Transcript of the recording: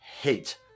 hate